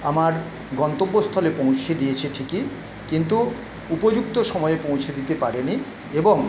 আমার গন্তব্যস্থলে পৌঁছে দিয়েছে ঠিকই কিন্তু উপযুক্ত সময়ে পৌঁছে দিতে পারে নি এবং